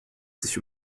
sich